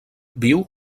viu